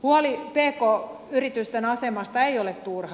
huoli pk yritysten asemasta ei ole turha